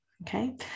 Okay